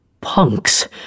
punks